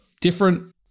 different